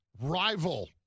rival